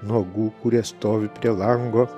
nuogų kurie stovi prie lango